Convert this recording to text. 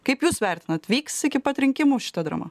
kaip jūs vertinat vyks iki pat rinkimų šita drama